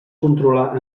controlar